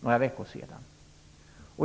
några veckor sedan.